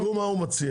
אז תראו מה הוא מציע.